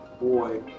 boy